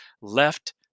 left